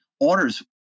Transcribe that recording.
orders